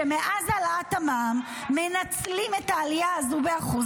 שמאז העלאת המע"מ מנצלים את העלייה הזו ב-1%